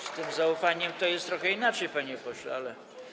Z tym zaufaniem to jest trochę inaczej, panie pośle, ale.